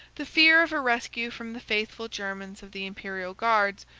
the fear of a rescue from the faithful germans of the imperial guards,